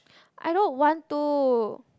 I don't want to